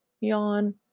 Yawn